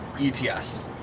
ETS